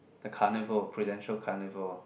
the carnival Prudential carnival